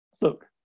look